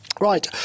right